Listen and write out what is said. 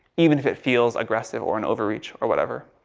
even if it feels aggressive or an overreach, or whatever.